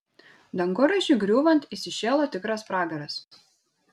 dangoraižiui griūvant įsišėlo tikras pragaras